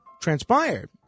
transpired